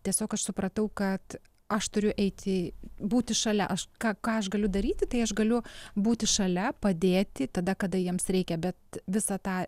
tiesiog aš supratau kad aš turiu eiti būti šalia aš ką ką aš galiu daryti tai aš galiu būti šalia padėti tada kada jiems reikia bet visą tą